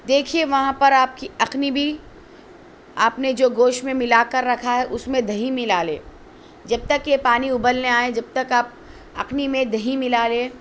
دیکھیے وہاں پر آپ کی یخنی بھی آپ نے جو گوشت میں ملا کر رکھا ہے اس میں دہی ملا لے جب تک یہ پانی ابلنے آئے جب تک آپ یخنی میں دہی ملا لے